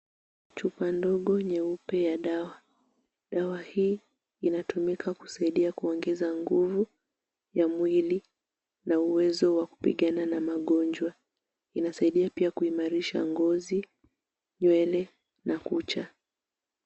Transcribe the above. Chupa ndogo nyeupe ya dawa. Dawa hii inatumika kusaidia kuongeza nguvu ya mwili na uwezo wa kupigana na magonjwa. Inasaidia pia kuimarisha ngozi, nywele na kucha.